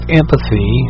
empathy